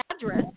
address